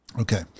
Okay